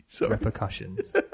repercussions